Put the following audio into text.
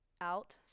out